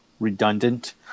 redundant